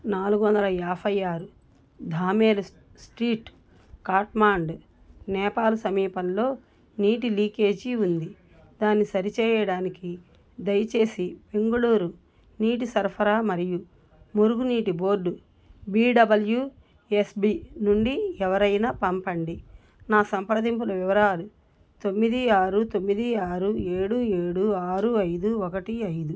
నాలుగు వందల యాభై ఆరు ధామేల్ స్ట్రీట్ ఖాట్మండ్ నేపాల్ సమీపంలో నీటి లీకేజీ ఉంది దాన్ని సరిచేయడానికి దయచేసి బెంగుళూరు నీటి సరఫరా మరియు మురుగునీటి బోర్డు బీడబ్ల్యూఎస్బీ నుండి ఎవరినైనా పంపండి నా సంప్రదింపుల వివరాలు తొమ్మిది ఆరు తొమ్మిది ఆరు ఏడు ఏడు ఆరు ఐదు ఒకటి ఐదు